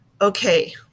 Okay